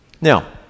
Now